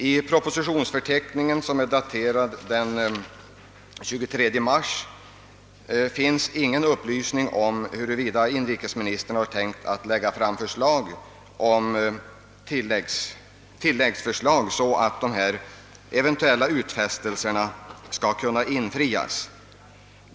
I den propositionsförteckning som är daterad den 23 mars finns ingen upplysning om huruvida inrikesministern har tänkt lägga fram tilläggsförslag, så att dessa eventuella utfästelser kan infrias.